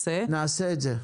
נעשה את זה.